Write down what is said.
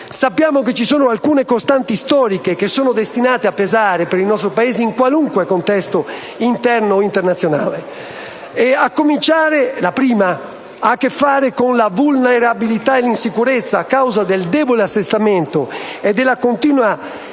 esempio che ci sono alcune costanti storiche destinate a pesare per il nostro Paese in qualunque contesto interno e internazionale. La prima ha a che fare con la vulnerabilità e l'insicurezza, a causa del debole assestamento e della continua instabilità